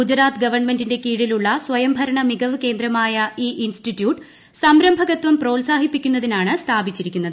ഗുജറാത്ത് ഗവൺമെന്റിന്റെ കീഴിലുള്ള സ്വയംഭരണ മികവ് കേന്ദ്രമായ ഈ ഇൻസ്റ്റിറ്റ്യൂട്ട് പ്രോത്സാഹിപ്പിക്കുന്നതിനാണ് സംരംഭകത്വം സ്ഥാപിച്ചിരിക്കുന്നത്